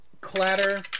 clatter